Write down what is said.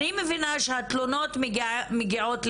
אני מבינה שהתלונות מגיעות לגברתי,